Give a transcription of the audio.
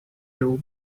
will